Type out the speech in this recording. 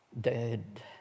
dead